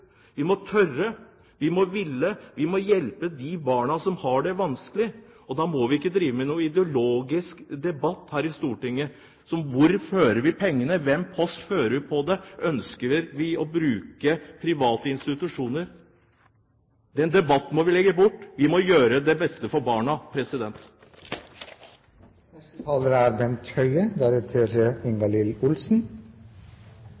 Vi må tørre, vi må ville, vi må hjelpe de barna som har det vanskelig. Og da må vi ikke drive med noen ideologisk debatt her i Stortinget om hvor vi fører pengene, hvilke poster vi fører dem på, og om vi ønsker å bruke private institusjoner. Den debatten må vi legge bort. Vi må gjøre det beste for barna.